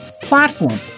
platform